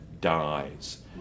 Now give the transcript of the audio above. dies